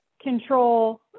control